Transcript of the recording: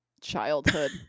childhood